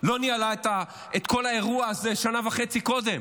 לא ניהלה את כל האירוע הזה שנה וחצי קודם.